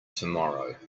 tomorrow